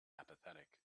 apathetic